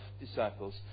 disciples